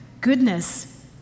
goodness